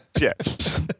yes